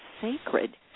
sacred